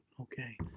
Okay